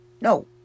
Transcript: no